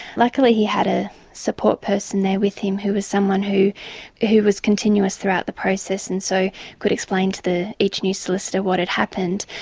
luckily he had a support person there with him who was someone who who was continuous throughout the process, and so could explain to each new solicitor what had happened.